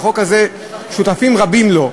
והחוק הזה, שותפים רבים לו.